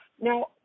Now